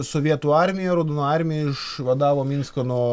sovietų armija raudonoji armija išvadavo minską nuo